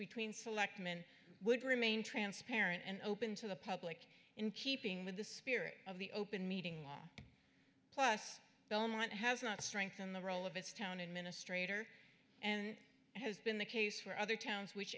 between selectman would remain transparent and open to the public in keeping with the spirit of the open meeting law plus belmont has not strengthened the role of its town administrator and has been the case for other towns which